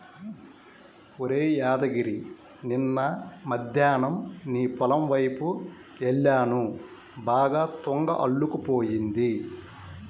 ఒరేయ్ యాదగిరి నిన్న మద్దేన్నం నీ పొలం వైపు యెల్లాను బాగా తుంగ అల్లుకుపోయింది